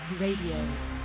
Radio